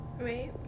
Right